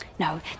No